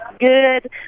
good